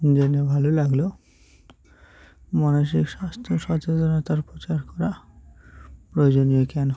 জেনে ভালো লাগলো মানসিক স্বাস্থ্য সচেতনতার প্রচার করা প্রয়োজনীয় কেন